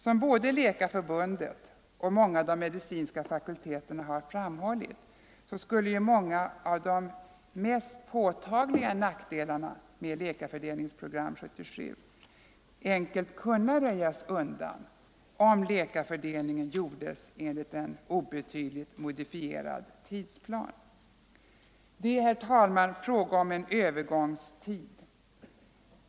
Som både Läkarförbundet och många av de medicinska fakulteterna framhållit, skulle de mest påtagliga nackdelarna med Läkarfördelningsprogram 77 enkelt kunna röjas undan, om läkarfördelningen gjordes enligt en obetydligt modifierad tidsplan. Det är, herr talman, fråga om en övergångstid.